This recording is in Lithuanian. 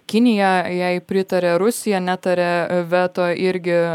kinija jai pritaria rusija netaria veto irgi